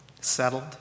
settled